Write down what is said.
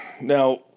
Now